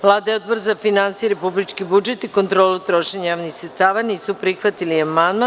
Vlada i Odbor za finansije, republički budžet i kontrolu trošenja javnih sredstava nisu prihvatili amandman.